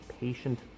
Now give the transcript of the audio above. Patient